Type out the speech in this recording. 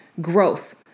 growth